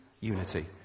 unity